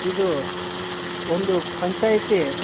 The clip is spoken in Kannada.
ಇದು ಒಂದು ಪಂಚಾಯಿತಿ